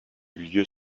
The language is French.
lieu